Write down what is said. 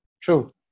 true